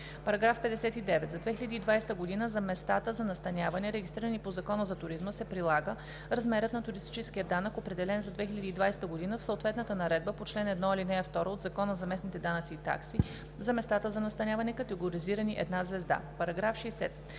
§ 59. За 2020 г. за местата за настаняване, регистрирани по Закона за туризма, се прилага размерът на туристическия данък, определен за 2020 г. в съответната наредба по чл. 1, ал. 2 от Закона за местните данъци и такси, за места за настаняване, категоризирани една звезда. § 60.